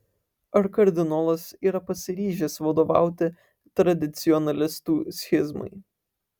ar kardinolas yra pasiryžęs vadovauti tradicionalistų schizmai